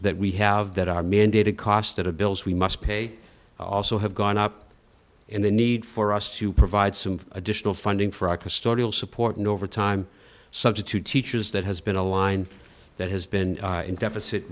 that we have that are mandated costs that have bills we must pay also have gone up and the need for us to provide some additional funding for our custodial support and over time substitute teachers that has been a line that has been in deficit